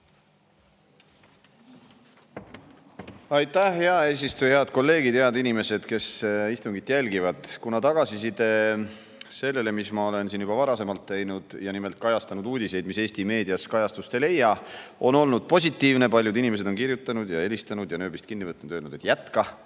Aitäh, hea eesistuja! Head kolleegid! Head inimesed, kes te istungit jälgite! Kuna tagasiside sellele, mida ma olen siin juba varasemalt teinud – nimelt kajastanud uudiseid, mis Eesti meedias kajastust ei leia –, on olnud positiivne, paljud inimesed on kirjutanud, helistanud ja nööbist kinni võtnud, öelnud, et jätka,